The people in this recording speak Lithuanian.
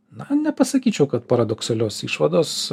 na nepasakyčiau kad paradoksalios išvados